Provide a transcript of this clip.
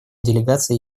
делегация